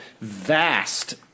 vast